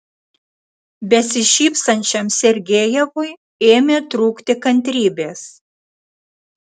besišypsančiam sergejevui ėmė trūkti kantrybės